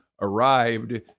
arrived